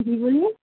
جی بولیے